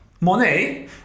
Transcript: Monet